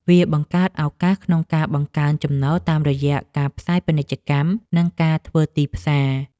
វាបង្កើតឱកាសក្នុងការបង្កើនចំណូលតាមរយៈការផ្សាយពាណិជ្ជកម្ម និងការធ្វើទីផ្សារ។